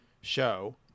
show